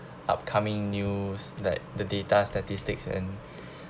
upcoming news like the data statistics and